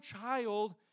child